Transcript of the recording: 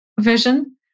vision